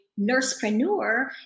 nursepreneur